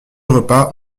repas